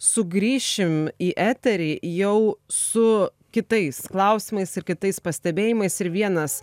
sugrįšim į eterį jau su kitais klausimais ir kitais pastebėjimais ir vienas